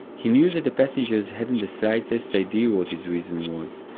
he knew that the passengers hadn't the slightest idea what his reason was,